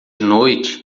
noite